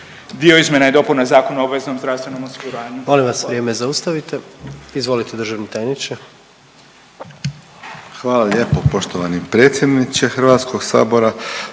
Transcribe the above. dio izmjena i dopuna Zakona o obveznom zdravstvenom osiguranju.